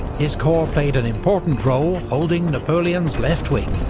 his corps played an important role holding napoleon's left wing,